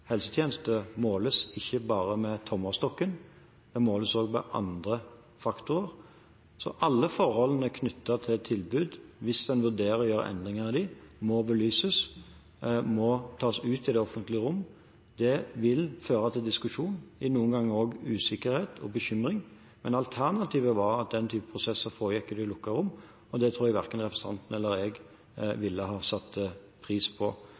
helsetjeneste måles ikke bare med tommestokken, den måles også ved hjelp av andre faktorer. Hvis en vurderer å gjøre endringer i tilbud, må alle forholdene knyttet til dem, belyses, de må tas ut i det offentlige rom. Det vil føre til diskusjon, noen ganger også til usikkerhet og bekymring, men alternativet er at den type prosesser foregår i det lukkede rom, og det tror jeg verken representanten eller jeg ville satt pris på.